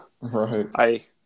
right